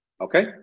okay